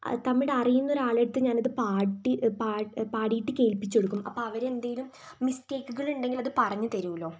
അത് തമിഴ് അറിയുന്ന ഒരാളെയടുത്ത് ഞാൻ അത് പാടി പാടിയിട്ട് കേൾപ്പിച്ചു കൊടുക്കും അപ്പം അവർ എന്തെങ്കിലും മിസ്റ്റേക്കുകൾ ഉണ്ടെങ്കിൽ അത് പറഞ്ഞു തരുമല്ലോ